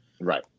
right